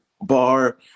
bar